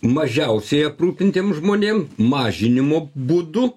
mažiausiai aprūpintiem žmonėm mažinimo būdu